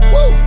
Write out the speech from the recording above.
Woo